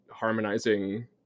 harmonizing